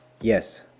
yes